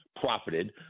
profited